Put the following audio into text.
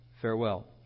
Farewell